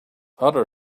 other